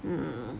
hmm